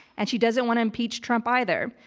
and she doesn't want to impeach trump either.